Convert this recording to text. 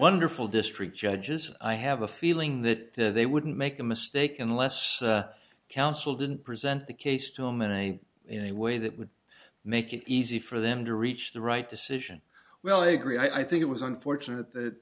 wonderful district judges i have a feeling that they wouldn't make a mistake unless the council didn't present the case to him and i in a way that would make it easy for them to reach the right decision well i agree i think it was unfortunate that